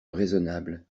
raisonnable